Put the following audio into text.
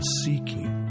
seeking